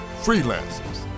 freelancers